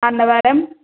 Annavaram